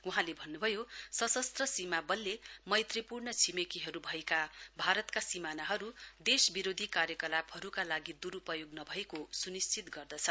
वहाँले भन्नुभयो सशस्त्र सीमा बलले मैत्रीपूर्ण छिमेकीहरूभएका भारतका सीमानाहरू देश विरोधी कार्यकलापहरूका लागि दुरूपयोग नभएको सुनिश्चित गर्दछ